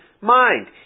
mind